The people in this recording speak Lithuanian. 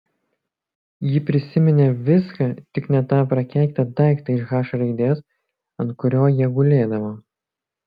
ji prisiminė viską tik ne tą prakeiktą daiktą iš h raidės ant kurio jie gulėdavo